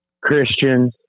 Christians